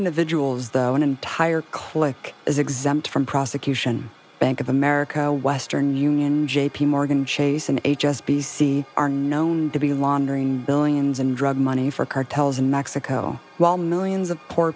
individuals though an entire click is exempt from prosecution bank of america western union j p morgan chase and h s b c are known to be laundering billions in drug money for cartels in mexico while millions of poor